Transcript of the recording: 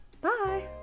Bye